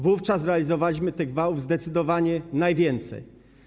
Wówczas realizowaliśmy tych wałów zdecydowanie najwięcej.